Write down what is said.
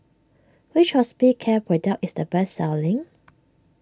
which Hospicare product is the best selling